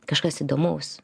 kažkas įdomaus